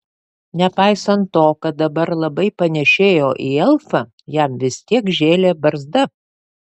nepaisant to kad dabar labai panėšėjo į elfą jam vis tiek žėlė barzda